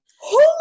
Holy